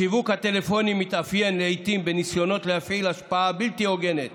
השיווק הטלפוני מתאפיין לעיתים בניסיונות להפעיל השפעה בלתי הוגנת